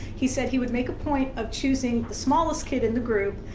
he said he would make a point of choosing the smallest kid in the group,